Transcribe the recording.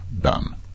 done